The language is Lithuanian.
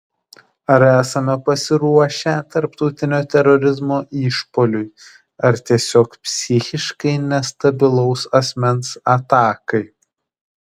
ar esame pasiruošę tarptautinio terorizmo išpuoliui ar tiesiog psichiškai nestabilaus asmens atakai